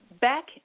Back